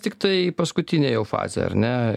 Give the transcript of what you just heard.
tiktai paskutinė jau fazė ar ne